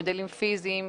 מודלים פיזיים,